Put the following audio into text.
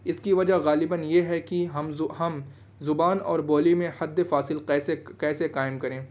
اس كی وجہ غالباً یہ ہے كہ ہم ہم زبان اور بولی میں حد فاصل کیسے کیسے قائم کریں